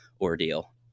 ordeal